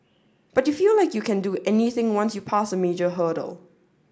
but you feel like you can do anything once you passed a major hurdle